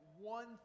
one